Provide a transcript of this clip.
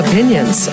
Opinions